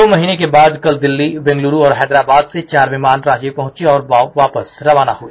दो महीने के बाद कल दिल्ली बेंगलूरू और हैदराबाद से चार विमान रांची पहुंचे और वापस रवाना हुए